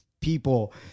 people